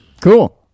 Cool